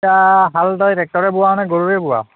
এতিয়া হাল তই ট্ৰেক্টৰে বোৱাৱ নে গৰুৰে বোৱাৱ